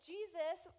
Jesus